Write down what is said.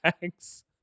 thanks